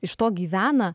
iš to gyvena